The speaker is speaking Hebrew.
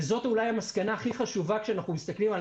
וזו אולי המסקנה הכי חשובה כשאנחנו מסתכלים על